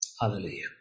Hallelujah